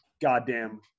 goddamn